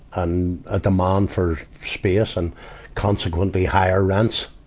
and a demand for space and consequently higher rents.